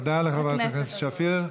תודה לחברת הכנסת שפיר.